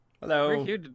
Hello